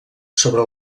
sobre